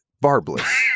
barbless